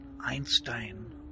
Einstein